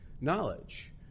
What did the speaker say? knowledge